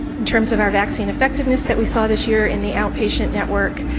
in terms of our vaccine effectiveness that we saw this year in the outpatient network,